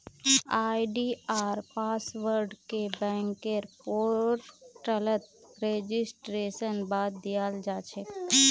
आई.डी.आर पासवर्डके बैंकेर पोर्टलत रेजिस्ट्रेशनेर बाद दयाल जा छेक